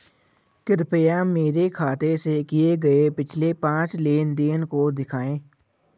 कृपया मेरे खाते से किए गये पिछले पांच लेन देन को दिखाएं